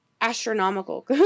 astronomical